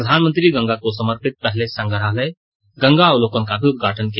प्रधानमंत्री गंगा को समर्पित पहले संग्रहालय गंगा अवलोकन का भी उदघाटन किया